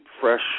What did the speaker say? fresh